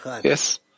Yes